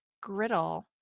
griddle